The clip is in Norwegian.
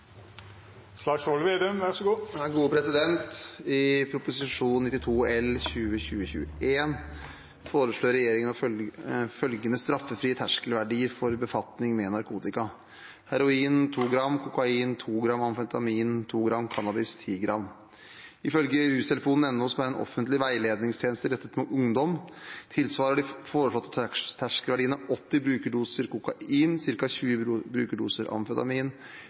92 L foreslår regjeringen følgende straffrie terskelverdier for befatning med narkotika: Heroin: 2 gram. Kokain: 2 gram. Amfetamin: 2 gram. Cannabis: 10 gram. Ifølge rustelefon.no, som er en offentlig veiledningstjeneste rettet mot ungdom, tilsvarer de foreslåtte terskelverdiene 80 brukerdoser kokain, ca. 20 brukerdoser amfetamin,